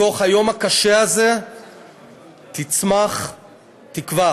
מתוך היום הקשה הזה תצמח תקווה,